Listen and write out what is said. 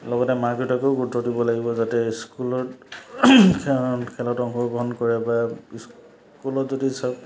লগতে মাক দেউতাকেও গুৰুত্ব দিব লাগিব যাতে স্কুলত খেলত অংশগ্ৰহণ কৰে বা স্কুলত যদি সব